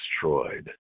destroyed